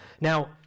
Now